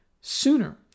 sooner